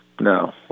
No